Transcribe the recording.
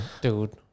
dude